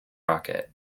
rocket